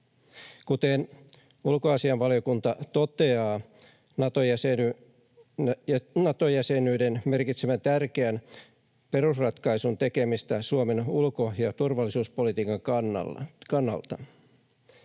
Kuten ulkoasiainvaliokunta toteaa, Nato-jäsenyys merkitsee tärkeän perusratkaisun tekemistä Suomen ulko- ja turvallisuuspolitiikan kannalta.